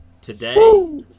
Today